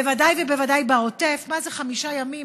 ובוודאי ובוודאי בעוטף: מה זה חמישה ימים